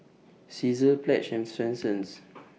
Cesar Pledge and Swensens